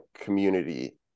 community